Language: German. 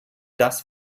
das